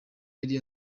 yari